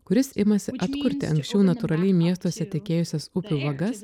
kuris imasi atkurti anksčiau natūraliai miestuose tekėjusias upių vagas